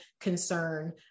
concern